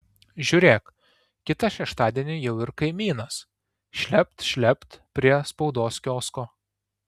žiūrėk kitą šeštadienį jau ir kaimynas šlept šlept prie spaudos kiosko